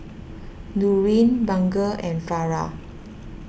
Nurin Bunga and Farah